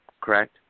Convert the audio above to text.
correct